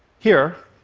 here,